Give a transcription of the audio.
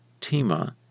Tima